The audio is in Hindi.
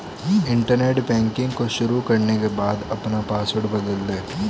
इंटरनेट बैंकिंग को शुरू करने के बाद अपना पॉसवर्ड बदल दे